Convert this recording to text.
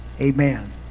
Amen